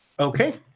Okay